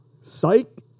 psych